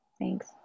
Thanks